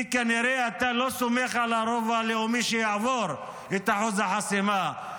כי כנראה אתה לא סומך על הרוב הלאומי שיעבור את אחוז החסימה,